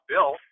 Bill